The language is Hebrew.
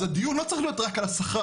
אז הדיון לא צריך להיות רק על השכר.